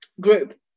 group